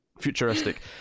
futuristic